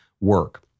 work